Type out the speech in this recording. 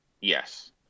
Yes